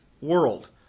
world